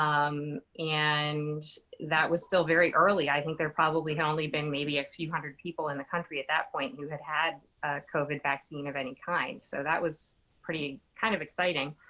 um, and that was still very early. i think there probably had only been maybe a few hundred people in the country at that point who had had a covid vaccine of any kind. so that was pretty kind of exciting.